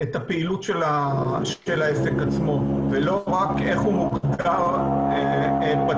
הפעילות של העסק עצמו ולא רק איך הוא מוגדר בצו.